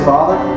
Father